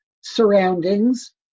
surroundings